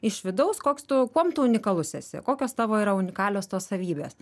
iš vidaus koks tu kuom tu unikalus esi kokios tavo yra unikalios tos savybės